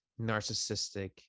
narcissistic